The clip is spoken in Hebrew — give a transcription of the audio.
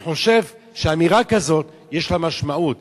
אני חושב שאמירה כזאת יש לה משמעות,